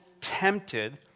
tempted